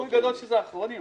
סיכוי גדול שאלה האחרונים.